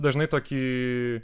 dažnai toį